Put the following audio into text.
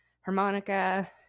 harmonica